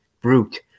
brute